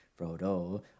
Frodo